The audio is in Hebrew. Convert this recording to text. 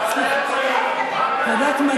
ועדת הפנים.